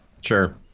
Sure